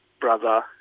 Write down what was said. Brother